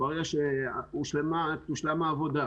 ברגע שתושלם העבודה,